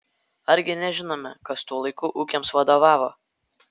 argi nežinome kas tuo laiku ūkiams vadovavo